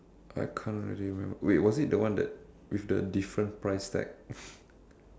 I can't really remember wait was it the one that with the different price tag